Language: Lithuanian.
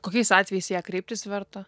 kokiais atvejais į ją kreiptis verta